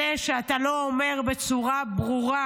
בזה שאתה לא אומר בצורה ברורה